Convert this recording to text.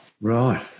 Right